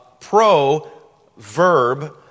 proverb